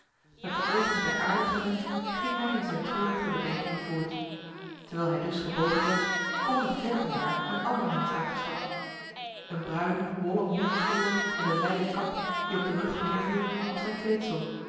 met de ogen ter aarde gewend ging hij in zijn treurige bedenking voort terwijl hij dus gebogen zat kwam nog ver van daar een ander mens aangestapt een bruine wollen monnikskolder met een wijde kap die op de rug neerviel was zijn kleedsel